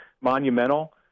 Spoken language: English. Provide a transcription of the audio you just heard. monumental